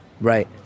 right